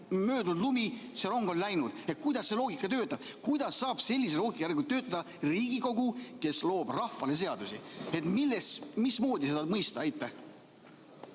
[talve] lumi, see rong on läinud. Kuidas see loogika töötab? Kuidas saab sellise loogika järgi töötada Riigikogu, kes loob rahvale seadusi? Mismoodi seda mõista? Jah,